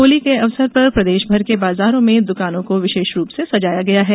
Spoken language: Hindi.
होली के अवसर पर प्रदेशभर के बाजारों में दुकानों को विशेष रूप से सजाया गया है